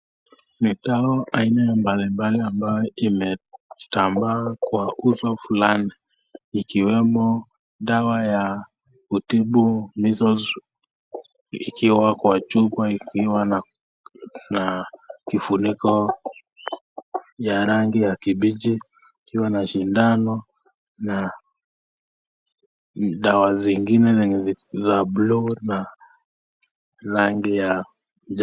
Ni dawa aina mbalimbali ambayo imetambaa kwa uso fulani ikiwemo dawa ya kutibu Measles ikiwa kwa chupa ikiwa na kifuniko ya rangi ya kijani ikiwa na shindano na dawa zingine zenye rangi za blue na rangi ya njano.